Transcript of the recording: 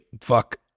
fuck